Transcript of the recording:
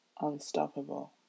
unstoppable